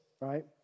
right